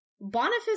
Boniface